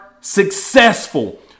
successful